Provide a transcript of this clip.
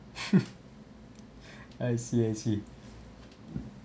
I see I see